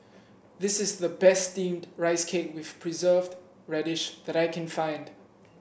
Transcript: this is the best steamed Rice Cake with Preserved Radish that I can find